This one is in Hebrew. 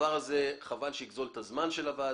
הדבר הזה, חבל שיגזול את הזמן של הוועדה.